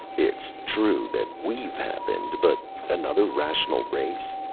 it's true that we've happened, but another rational race?